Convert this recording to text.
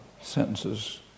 sentences